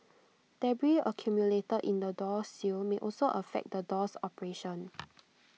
debris accumulated in the door sill may also affect the door's operation